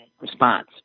response